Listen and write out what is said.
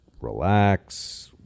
relax